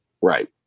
Right